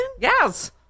Yes